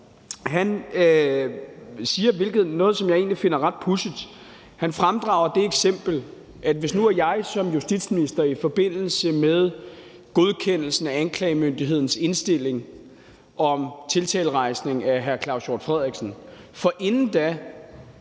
er noget, som jeg egentlig finder ret pudsigt – at hvis nu jeg som justitsminister i forbindelse med godkendelsen af anklagemyndighedens indstilling om tiltalerejsning mod hr. Claus Hjort Frederiksen forinden da